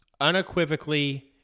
Unequivocally